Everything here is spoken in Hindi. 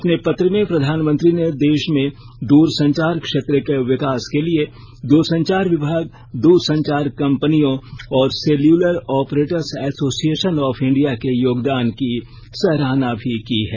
अपने पत्र में प्रधानमंत्री ने देश में दूरसंचार क्षेत्र के विकास के लिए दूरसंचार विभाग दूरसंचार कंपनियों और cellular operators association of India के योगदान की सराहना भी की है